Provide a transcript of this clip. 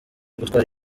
gutwara